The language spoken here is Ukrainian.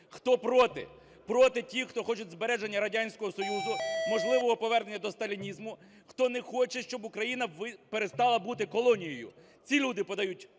Хто проти? Проти ті, хто хочуть збереження Радянського Союзу, можливого повернення до сталінізму, хто не хоче, щоб Україна перестала бути колонією. Ці люди подають